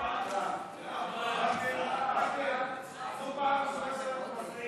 צירוף שר לממשלה